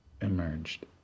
emerged